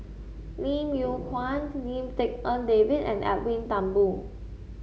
Lim Yew Kuan Lim Tik En David and Edwin Thumboo